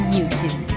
YouTube